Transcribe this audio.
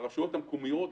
הוא שהרשויות המקומיות,